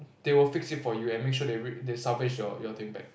they will fix it for you and make sure they re~ they salvage your thing back